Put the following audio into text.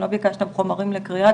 לא ביקשתם חומרים לקריאה,